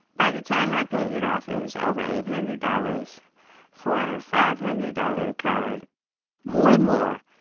by the time i paid it off, it was over eight hundred dollars for a five hundred dollars card more and more,